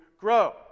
grow